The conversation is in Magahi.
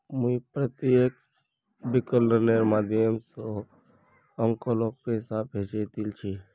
मुई प्रत्यक्ष विकलनेर माध्यम स अंकलक पैसा भेजे दिल छि